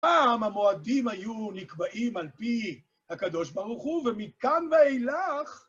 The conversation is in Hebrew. פעם המועדים היו נקבעים על פי הקדוש ברוך הוא, ומכאן ואילך...